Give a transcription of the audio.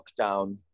lockdown